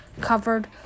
covered